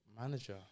Manager